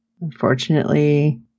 Unfortunately